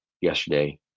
yesterday